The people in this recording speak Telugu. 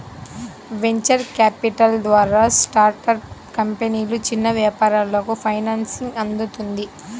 వెంచర్ క్యాపిటల్ ద్వారా స్టార్టప్ కంపెనీలు, చిన్న వ్యాపారాలకు ఫైనాన్సింగ్ అందుతుంది